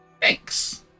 Thanks